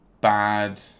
bad